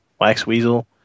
Waxweasel